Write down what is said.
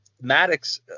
Maddox